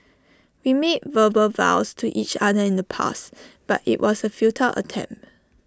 we made verbal vows to each other in the past but IT was A futile attempt